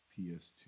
PS2